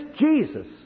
Jesus